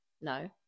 No